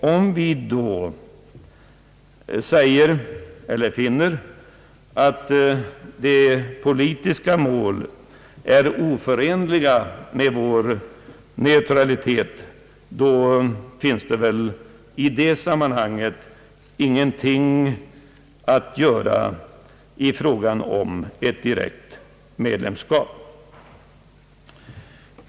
Om vi då finner att de politiska målen är oförenliga med vår neutrali tet, finns i det sammanhanget ingenting att göra i fråga om ett direkt medlemskap.